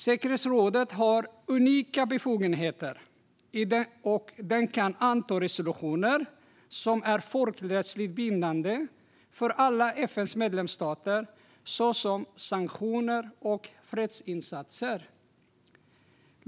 Säkerhetsrådet har unika befogenheter och kan anta resolutioner som är folkrättsligt bindande för alla FN:s medlemsstater, såsom sanktioner och fredsinsatser.